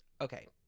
Okay